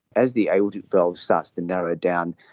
as the aortic valve starts to narrow down,